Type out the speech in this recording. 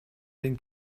den